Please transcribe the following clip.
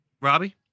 Robbie